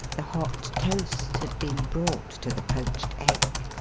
the hot toast had been brought to the poached egg.